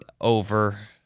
over